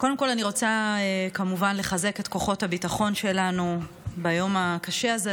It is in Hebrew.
קודם כול אני רוצה כמובן לחזק את כוחות הביטחון שלנו ביום הקשה הזה,